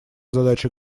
задача